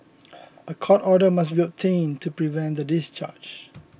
a court order must be obtained to prevent the discharge